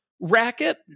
racket